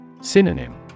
Synonym